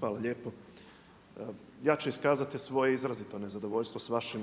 Hvala lijepo. Ja ću iskazati svoje izrazito nezadovoljstvo sa vašim